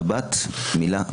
שבת, מילה וחודש,